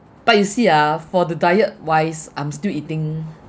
but you see ah for the diet wise I'm still eating